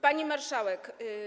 Pani Marszałek!